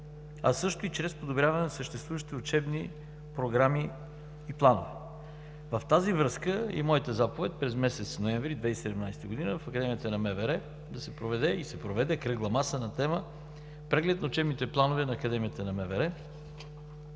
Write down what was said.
а също и чрез подобряване на съществуващите учебни програми и планове. В тази връзка е и моята заповед от месец ноември 2017 г. в Академията на МВР да се проведе и се проведе кръгла маса на тема „Преглед на учебните планове на Академията на МВР“